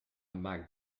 maakt